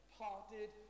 parted